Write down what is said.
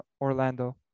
Orlando